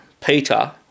Peter